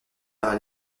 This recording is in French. par